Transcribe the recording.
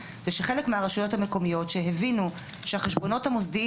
שחלק מהרשויות המקומיות שהבינו שהחשבונות המוסדיים